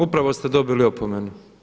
Upravo ste dobili opomenu.